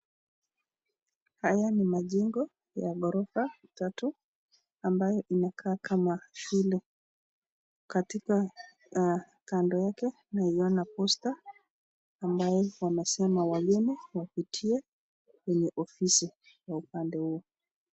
Haya ni majengo ya gorofa tatu ambayo imekaa kama shule, katika aa kando yake naiona posta ambaye inasema wageni wapitie kwenye ofisi upande huo.